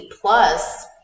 plus